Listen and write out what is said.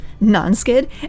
non-skid